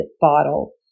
bottle